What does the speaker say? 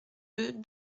deux